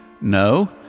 No